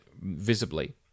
visibly